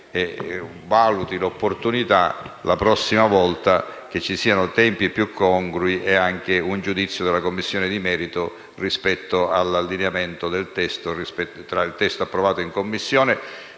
valuti l'opportunità, la prossima volta, che ci siano tempi più congrui, e anche un giudizio da parte della Commissione di merito rispetto all'allineamento tra il testo approvato in Commissione